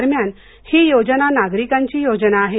दरम्यान ही योजना नागरिकांची योजना आहे